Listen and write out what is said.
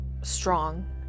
strong